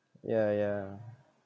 ya ya